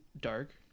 dark